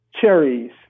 cherries